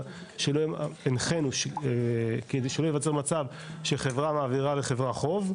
הנחנו כדי שלא ייווצר מצב שחברה מעבירה לחברה חוב,